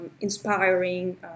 inspiring